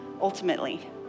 ultimately